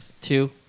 two